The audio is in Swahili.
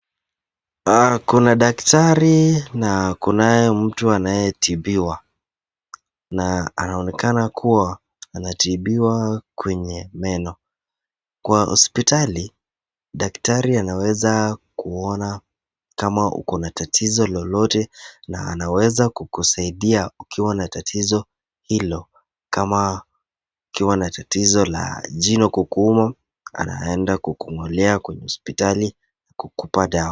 Kuna daktari na kunaye mtu anayetibiwa. Na anaonekana kuwa anatibiwa kwenye meno. Kwa hospitali, daktari anaweza kuona kama uko na tatizo lolote na anaweza kukusaidia ukiwa na tatizo hilo kama ukiwa na tatizo la jino kukuuma, anaenda kukung'olea kwenye hospitali na kukupa dawa.